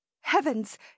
Heavens